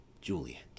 Juliet